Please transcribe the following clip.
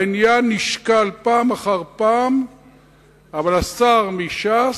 העניין נשקל פעם אחר פעם, אבל השר מש"ס,